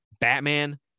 Batman